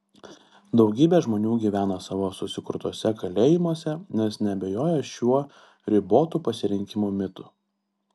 daugybė žmonių gyvena savo susikurtuose kalėjimuose nes neabejoja šiuo ribotų pasirinkimų mitu